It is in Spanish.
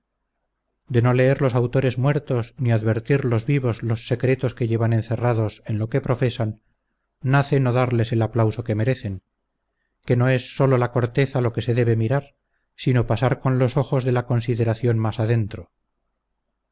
de no leer los autores muertos ni advertir los vivos los secretos que llevan encerrados en lo que profesan nace no darles el aplauso que merecen que no es sólo la corteza lo que se debe mirar sino pasar con los ojos de la consideración más adentro